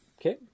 okay